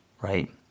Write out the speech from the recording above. right